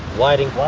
whiting,